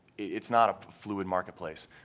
it is not a fluid marketplace.